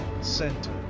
Center